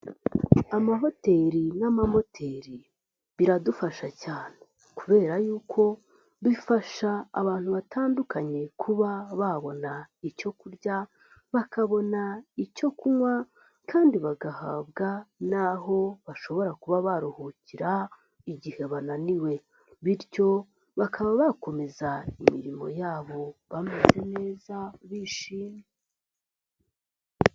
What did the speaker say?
Amahoteli n'amahoteri biradufasha cyane kubera yuko bifasha abantu batandukanye kuba babona icyo kurya, bakabona icyo kunywa kandi bagahabwa n'icyo bashobora kuba baruhukira igihe bananiwe bityo bakaba bakomeza imirimo yabo bameze neza bishimye.